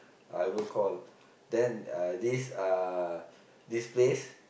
I will call then uh this uh this place